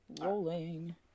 Rolling